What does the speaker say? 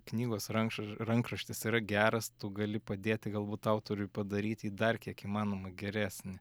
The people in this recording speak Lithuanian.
knygos ranš rankraštis yra geras tu gali padėti galbūt autoriui padaryti jį dar kiek įmanoma geresnį